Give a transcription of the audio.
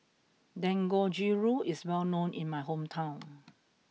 Dangojiru is well known in my hometown